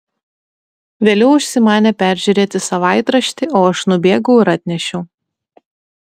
vėliau užsimanė peržiūrėti savaitraštį o aš nubėgau ir atnešiau